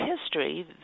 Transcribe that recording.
history